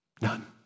None